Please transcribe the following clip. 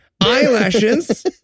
Eyelashes